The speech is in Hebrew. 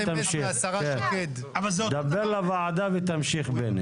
דבר לוועדה ותמשיך.